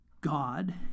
God